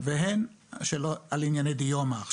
והן על ענייני דיומא.